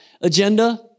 agenda